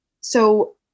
So-